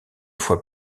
fois